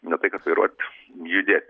ne tai kad vairuot judėt